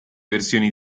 versioni